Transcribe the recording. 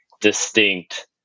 distinct